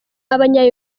abanya